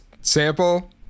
sample